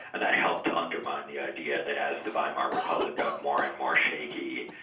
and that helped to undermine the idea that as the weimar republic got more and more shaky,